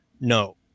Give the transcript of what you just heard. no